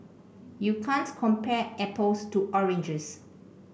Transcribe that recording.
you can't compare apples to oranges